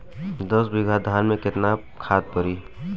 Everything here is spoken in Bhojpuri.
दस बिघा धान मे केतना खाद परी?